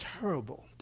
terrible